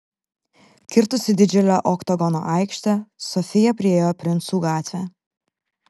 kirtusi didžiulę oktagono aikštę sofija priėjo princų gatvę